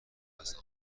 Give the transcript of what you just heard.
دست